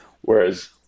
Whereas